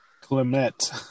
Clement